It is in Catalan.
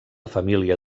família